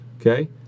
okay